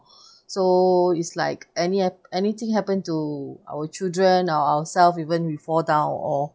so it's like any anything happen to our children or ourself even we fall down or